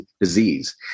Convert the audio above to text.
disease